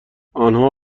آنها